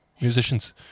musicians